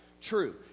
True